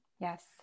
Yes